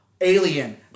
Alien